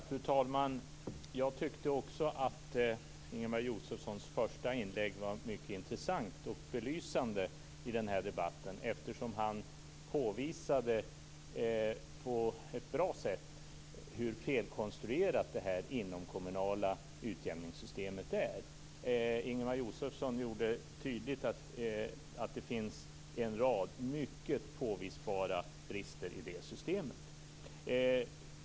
Fru talman! Jag tyckte också att Ingemar Josefssons första inlägg var mycket intressant och belysande i den här debatten, eftersom han på ett bra sätt påvisade hur felkonstruerat det inomkommunala utjämningssystemet är. Ingemar Josefsson gjorde tydligt att det finns en rad mycket påvisbara brister i det systemet.